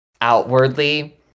outwardly